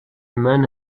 man